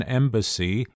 embassy